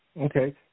Okay